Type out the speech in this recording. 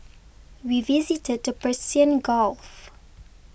we visited the Persian Gulf